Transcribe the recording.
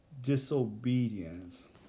Disobedience